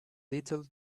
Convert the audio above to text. little